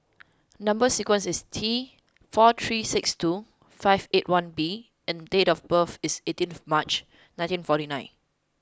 number sequence is T four three six two five eight one B and date of birth is eighteenth March nineteen forty nine